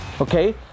Okay